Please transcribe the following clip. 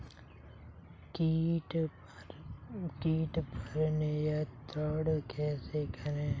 कीट पर नियंत्रण कैसे करें?